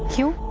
you